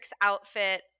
outfit